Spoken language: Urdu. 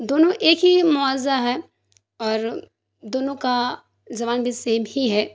دونوں ایک ہی موازا ہے اور دونوں کا زبان بھی سیم ہی ہے